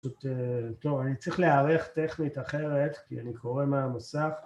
טוב, אני צריך להערך טכנית אחרת, כי אני קורא מהמסך.